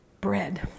bread